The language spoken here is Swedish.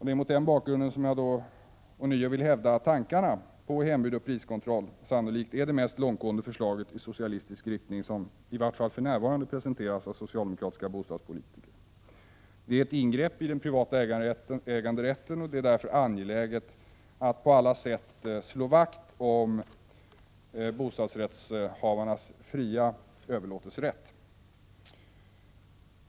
Det är mot den bakgrunden som jag ånyo vill hävda att förslaget om hembud och priskontroll sannolikt är det mest långtgående förslaget i socialistisk riktning som i vart fall för närvarande presenteras av socialdemokratiska bostadspolitiker. Det är ett ingrepp i den privata äganderätten, och det är därför angeläget att på alla sätt slå vakt om bostadsrättshavarnas fria överlåtelserätt.